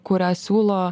kurią siūlo